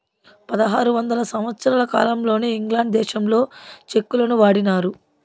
పదహారు వందల సంవత్సరాల కాలంలోనే ఇంగ్లాండ్ దేశంలో చెక్కులను వాడినారు